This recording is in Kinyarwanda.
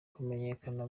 kumenyekana